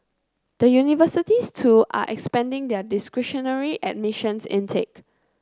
the universities too are expanding their discretionary admissions intake